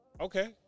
Okay